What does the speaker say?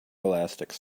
elastics